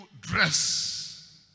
dress